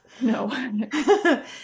no